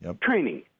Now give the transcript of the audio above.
Training